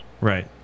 Right